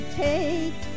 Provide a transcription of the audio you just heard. take